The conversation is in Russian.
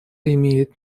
имеет